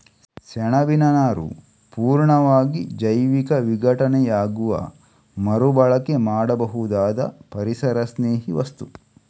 ಸೆಣಬಿನ ನಾರು ಪೂರ್ಣವಾಗಿ ಜೈವಿಕ ವಿಘಟನೆಯಾಗುವ ಮರು ಬಳಕೆ ಮಾಡಬಹುದಾದ ಪರಿಸರಸ್ನೇಹಿ ವಸ್ತು